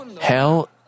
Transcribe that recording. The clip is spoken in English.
Hell